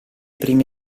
primi